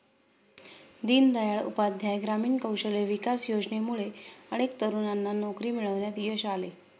दीनदयाळ उपाध्याय ग्रामीण कौशल्य विकास योजनेमुळे अनेक तरुणांना नोकरी मिळवण्यात यश आले